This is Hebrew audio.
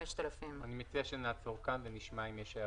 5,000; אני מציע שנעצור כאן ונשמע אם יש הערות.